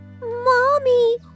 Mommy